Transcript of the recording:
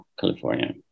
California